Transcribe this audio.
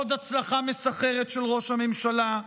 עוד הצלחה מסחררת של ראש הממשלה,